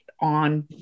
on